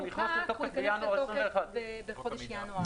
הוא נכנס לתוקף בינואר 2021. הוא כבר חוקק.